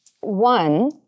One